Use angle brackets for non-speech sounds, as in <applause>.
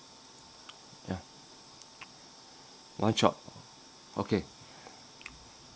yeah one shot okay <breath>